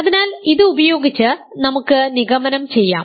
അതിനാൽ ഇത് ഉപയോഗിച്ച് നമുക്ക് നിഗമനം ചെയ്യാം